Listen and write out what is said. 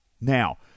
Now